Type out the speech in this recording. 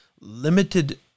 limited